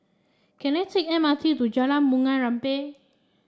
can I take M R T to Jalan Bunga Rampai